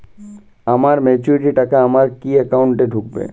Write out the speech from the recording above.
আমার ম্যাচুরিটির টাকা আমার কি অ্যাকাউন্ট এই ঢুকবে?